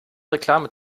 reklame